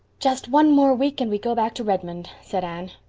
just one more week and we go back to redmond, said anne.